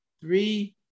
three